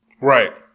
Right